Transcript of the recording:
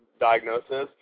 diagnosis